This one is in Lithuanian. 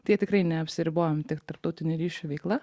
tai tikrai neapsiribojam tik tarptautinių ryšių veikla